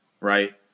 right